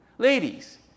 Ladies